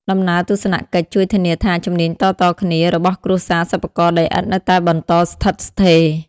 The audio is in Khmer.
ដំណើរទស្សនកិច្ចជួយធានាថា ជំនាញតៗគ្នា របស់គ្រួសារសិប្បករដីឥដ្ឋនៅតែបន្តស្ថិតស្ថេរ។